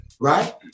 right